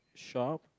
shop